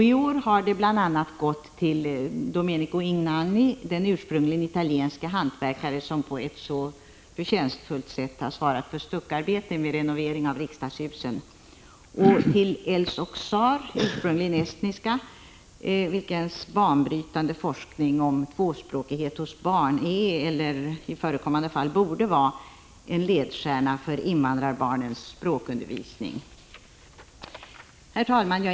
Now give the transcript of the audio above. I år har det bl.a. gått till Domenico Inganni, den ursprungligen italienske hantverkare som på ett så förtjänstfullt sätt har svarat för stuckarbeten vid renoveringen av riksdagshusen, och till Els Oksaar, ursprungligen estniska, vilkens banbrytande forskning beträffande tvåspråkighet hos barn är eller i förekommande fall borde vara en ledstjärna för invandrarbarnens språkundervisning. Herr talman!